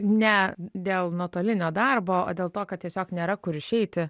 ne dėl nuotolinio darbo o dėl to kad tiesiog nėra kur išeiti